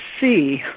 see